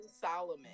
Solomon